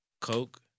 Coke